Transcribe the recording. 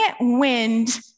wind